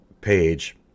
page